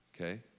okay